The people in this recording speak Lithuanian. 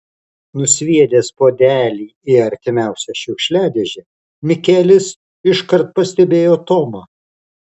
nusviedęs puodelį į artimiausią šiukšliadėžę mikelis iškart pastebėjo tomą